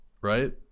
right